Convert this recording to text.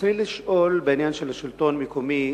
ברצוני לשאול בעניין של השלטון המקומי,